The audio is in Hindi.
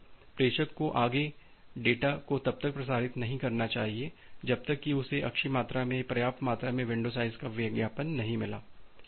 इसलिए प्रेषक को आगे के डेटा को तब तक प्रसारित नहीं करना चाहिए जब तक कि उसे अच्छी मात्रा या पर्याप्त मात्रा में विंडो साइज़ का विज्ञापन न मिल जाए